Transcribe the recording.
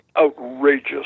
outrageous